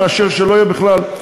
שלא יהיה בכלל?